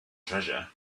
treasure